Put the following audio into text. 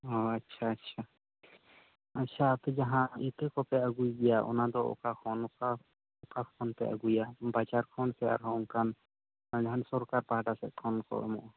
ᱚ ᱟᱪᱪᱷᱟ ᱟᱪᱪᱷᱟ ᱟᱪᱪᱷᱟ ᱟᱯᱮ ᱡᱟᱦᱟ ᱤᱛᱟᱹ ᱠᱚᱯᱮ ᱟᱹᱜᱩᱭ ᱜᱮᱭᱟ ᱚᱱᱟ ᱫᱚ ᱚᱠᱟ ᱠᱷᱚᱱ ᱚᱠᱟ ᱠᱷᱚᱱ ᱯᱮ ᱟᱹᱜᱩᱭᱟ ᱵᱟᱡᱟᱨ ᱠᱷᱚᱱ ᱥᱮ ᱟᱨᱦᱚᱸ ᱚᱱᱠᱟᱱ ᱡᱟᱦᱟᱱ ᱥᱚᱨᱠᱟᱨ ᱯᱟᱦᱟᱴᱟ ᱥᱮᱫ ᱠᱷᱚᱱ ᱠᱚ ᱮᱢᱚᱜᱼᱟ